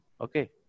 Okay